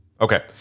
Okay